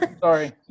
Sorry